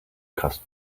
cost